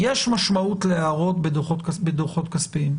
יש משמעות להערות בדוחות כספיים.